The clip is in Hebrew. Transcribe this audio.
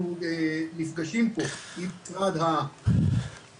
אנחנו נפגשים פה עם משרד האוצר,